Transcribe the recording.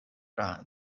tra